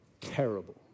terrible